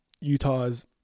Utah's